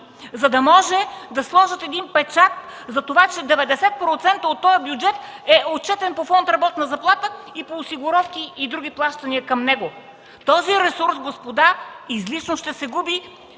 за да може да сложат един печат за това, че 90% от този бюджет е отчетен по Фонд „Работна заплата”, по осигуровки и други плащания към него. Този ресурс, господа, излишно ще се губи